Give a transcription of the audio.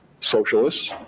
socialists